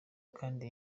kandi